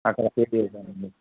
అక్కడ పిచివేశానండి